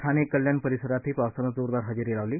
ठाणे कल्याण परिसरातही पावसानं जोरदार हजेरी लावली